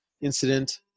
incident